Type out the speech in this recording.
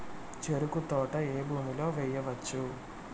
చెరుకు తోట ఏ భూమిలో వేయవచ్చు?